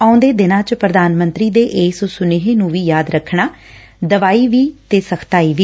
ਆਉਂਦੇ ਦਿਨਾਂ 'ਚ ਪੁਧਾਨ ਮੰਤਰੀ ਦੇ ਇਸ ਸੁਨੇਹੇ ਨੂੰ ਵੀ ਯਾਦ ਰੱਖਣਾ ਦਵਾਈ ਵੀ ਤੇ ਸਖਤਾਈ ਵੀ